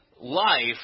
life